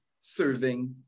serving